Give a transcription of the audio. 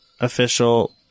official